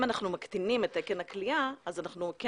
אם אנחנו מקטינים את תקן הכליאה אז אנחנו כן